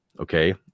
Okay